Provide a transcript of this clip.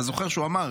אתה זוכר שהוא אמר,